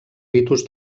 ritus